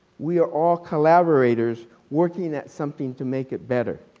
we are all collaborators working at something to make it better.